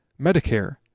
Medicare